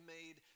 made